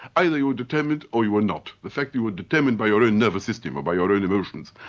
either you were determined or you were not. the fact you were determined by your own nervous system or by your own emotions,